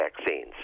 vaccines